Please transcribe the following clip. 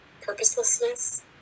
purposelessness